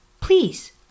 please